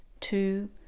two